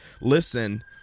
listen